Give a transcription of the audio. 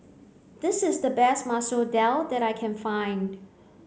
this is the best Masoor Dal that I can find